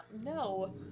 no